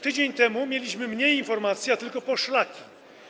Tydzień temu mieliśmy mniej informacji, tylko poszlaki.